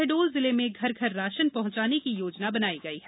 शहडोल जिले में घर घर राशन पहंचाने की योजना बनाई गई है